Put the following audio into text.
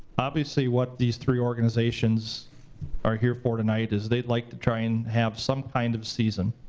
obviously, what these three organizations are here for tonight is they'd like to try and have some kind of season.